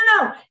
no